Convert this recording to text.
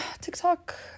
TikTok